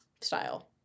style